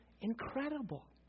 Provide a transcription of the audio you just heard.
incredible